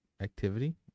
activity